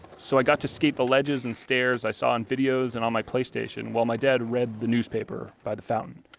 so i got to skate the ledges and stairs i saw on videos and on my play station, while my dad read the newspaper by the fountain.